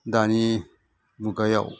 दानि मुगायाव